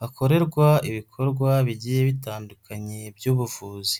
hakorerwa ibikorwa bigiye bitandukanye by'ubuvuzi.